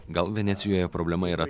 gal venecijoje problema yra ta